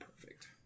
perfect